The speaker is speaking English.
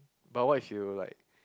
but what if you like